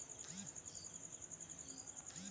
बीया रोपबाक प्रक्रिया बीया बीया पर निर्भर करैत अछि